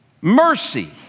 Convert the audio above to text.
Mercy